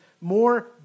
more